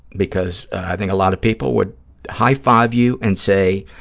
because i think a lot of people would high-five you and say,